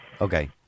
Okay